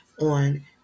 on